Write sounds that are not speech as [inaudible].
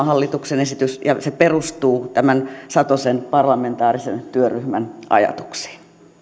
[unintelligible] hallituksen esitys on nimenomaan jatkumo ja se perustuu tämän satosen parlamentaarisen työryhmän ajatuksiin